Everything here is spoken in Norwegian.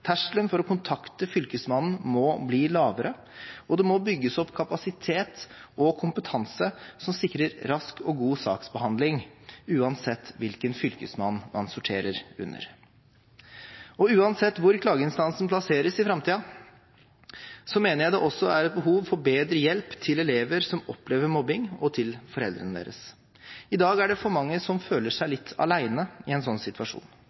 Terskelen for å kontakte Fylkesmannen må bli lavere, og det må bygges opp kapasitet og kompetanse som sikrer rask og god saksbehandling uansett hvilken fylkesmann man sorterer under. Uansett hvor klageinstansen plasseres i framtiden, mener jeg også det er behov for bedre hjelp til elever som opplever mobbing, og til foreldrene deres. I dag er det for mange som føler seg litt alene i en sånn situasjon.